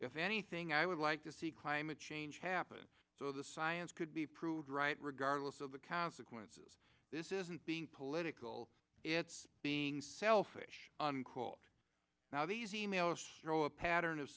if anything i would like to see climate change happen so the science could be proved right regardless of the consequences this isn't being political it's being selfish now these e mails show a pattern of